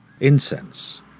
Incense